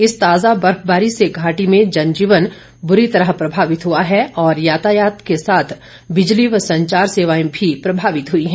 इस ताजा बर्फबारी से घाटी में जनजीवन बुरी तरह प्रभावित हुआ है और यातायात के साथ बिजली व संचार सेवाएं भी प्रभावित हुई है